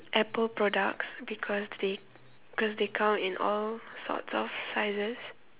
apple products because they because they come in all sorts of sizes